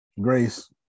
Grace